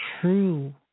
true